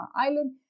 Island